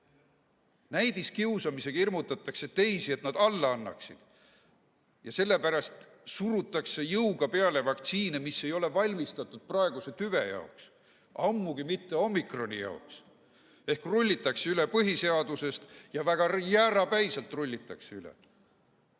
Näidiskiusamisega hirmutatakse teisi, et nad alla annaksid. Ja sellepärast surutakse jõuga peale vaktsiine, mis ei ole valmistatud praeguse [delta]tüve jaoks, ammugi mitte omikroni jaoks. Rullitakse üle põhiseadusest, väga jäärapäiselt rullitakse üle.